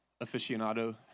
aficionado